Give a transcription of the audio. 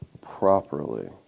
properly